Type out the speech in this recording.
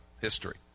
history